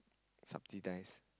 subsidise